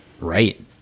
Right